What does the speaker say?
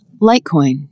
Litecoin